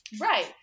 Right